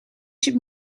could